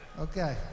Okay